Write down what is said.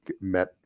met